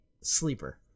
sleeper